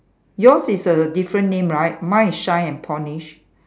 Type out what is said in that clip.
yours is a different name right mine is shine and polish